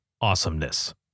awesomeness